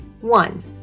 One